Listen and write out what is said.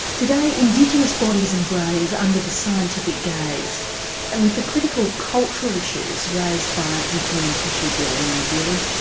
today indigenous bodies and brains under the scientific gaze and with the critical cultural issues raised by the human tissue bill in new zealand.